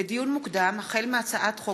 לדיון מוקדם: החל בהצעת חוק